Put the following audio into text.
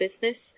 business